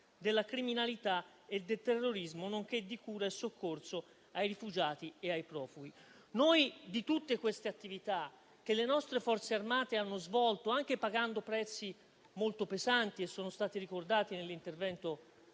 della criminalità e del terrorismo, nonché di cura e soccorso ai rifugiati e ai profughi. Noi di tutte queste attività che le nostre Forze armate hanno svolto, anche pagando prezzi molto pesanti - sono stati ricordati nell'intervento